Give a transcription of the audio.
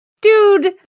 Dude